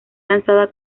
lanzada